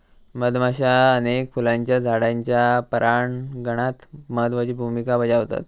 मधुमाश्या अनेक फुलांच्या झाडांच्या परागणात महत्त्वाची भुमिका बजावतत